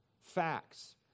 facts